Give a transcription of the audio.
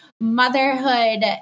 motherhood